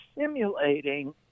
simulating